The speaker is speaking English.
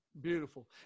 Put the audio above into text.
Beautiful